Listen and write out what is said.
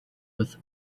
with